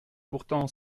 pourtant